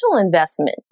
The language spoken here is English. investment